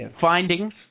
findings